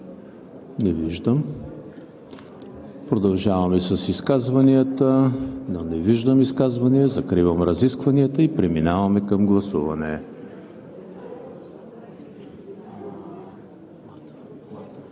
Не виждам. Продължаваме с изказванията. Не виждам изказвания. Закривам разискванията и преминаваме към гласуване.